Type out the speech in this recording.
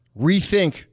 Rethink